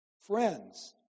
friends